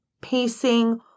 pacing